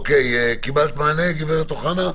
קיבלת מענה, הגב' אוחנה?